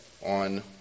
on